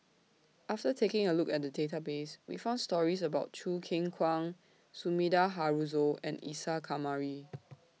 after taking A Look At The Database We found stories about Choo Keng Kwang Sumida Haruzo and Isa Kamari